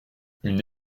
une